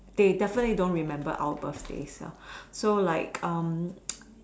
they definitely don't remember our birthdays ah so like um